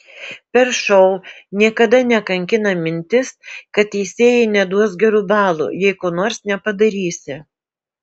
per šou niekada nekankina mintis kad teisėjai neduos gerų balų jei ko nors nepadarysi